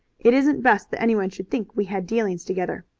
it isn't best that anyone should think we had dealings together.